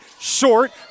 Short